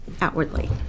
outwardly